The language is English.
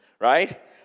right